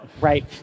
right